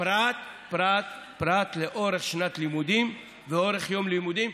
פרט לאורך שנת לימודים ואורך יום לימודים,